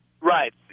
Right